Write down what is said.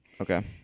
Okay